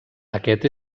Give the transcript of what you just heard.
aquest